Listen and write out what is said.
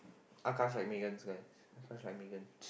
Akash like Megan's guys Akash like Megan